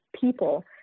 people